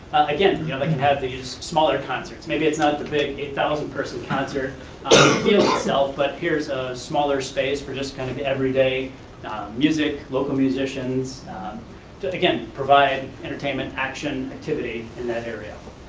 again, you know they can have these smaller concerts. maybe it's not the big eight thousand person concert. it'll heal itself but here's a smaller space for just kind of the everyday music, local musicians, and again, provide entertainment, action, activity in that area.